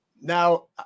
now